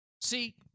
See